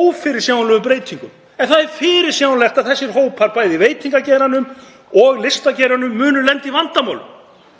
ófyrirsjáanlegum breytingum. En það er fyrirsjáanlegt að þessir hópar, bæði í veitingageiranum og listageiranum, munu lenda í vandamálum.